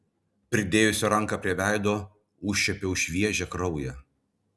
pridėjusi ranką prie veido užčiuopiau šviežią kraują